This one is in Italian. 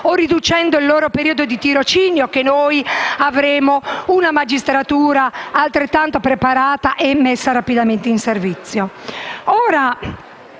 o riducendo il loro periodo di tirocinio che noi avremo una magistratura altrettanto preparata e messa rapidamente in servizio.